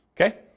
Okay